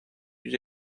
plus